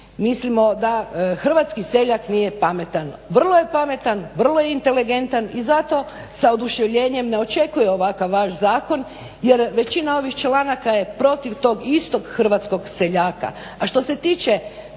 mislimo da hrvatski seljak nije pametan. Vrlo je pametan, vrlo je inteligentan i zato sa oduševljenjem ne očekuje ovakav vaš zakon jer većina ovih članaka protiv tog istog hrvatskog seljaka.